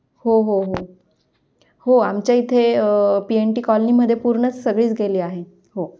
हो हो हो हो आमच्या इथे पी एन टी कॉलनीमध्ये पूर्णच सगळीच गेली आहे हो